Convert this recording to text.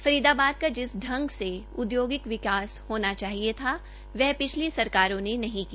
फरीदाबाद का जिस पंग से औद्योगिक विकास होना चाहिए था वह पिछली सरकारों ने नहीं किया